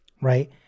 Right